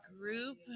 group